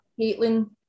Caitlin